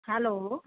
hello